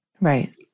Right